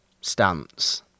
stance